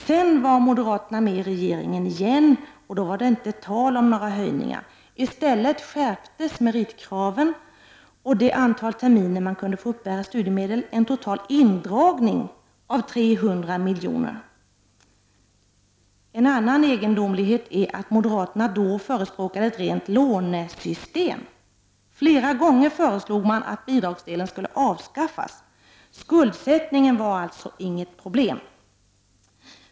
Sedan var moderaterna med i regeringen igen, och då var det inte tal om några höjningar. I stället skärptes meritkraven och det antal terminer man kunde få uppbära studiemedel, dvs. en total indragning av 300 miljoner. En annan egendomlighet är att moderaterna då förespråkade ett rent lånesystem. Flera gånger föreslog man att bidragsdelen skulle avskaffas. Skuldsättningen var alltså inget problem.